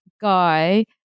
guy